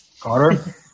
carter